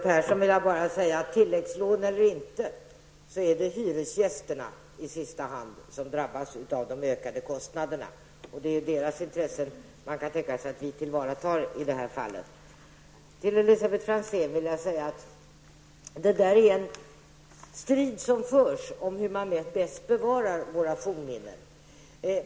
Herr talman! Oavsett om det finns tilläggslån eller inte, Leo Persson, är det hyresgästerna som i sista hand drabbas av de ökade kostnaderna. Man kan tänka sig att det är deras intressen som vi i det här fallet tillvaratar. Till Elisabet Franzén vill jag säga att det förs en strid om hur man bäst bevarar våra fornminnen.